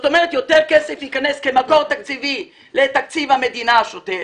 וזה אומר שיותר כסף ייכנס כמקור תקציבי לתקציב המדינה השוטף,